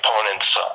opponents